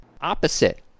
opposite